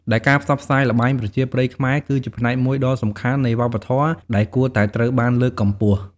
ដែលការផ្សព្វផ្សាយល្បែងប្រជាប្រិយខ្មែរ គឺជាផ្នែកមួយដ៏សំខាន់នៃវប្បធម៌ដែលគួរតែត្រូវបានលើកកម្ពស់។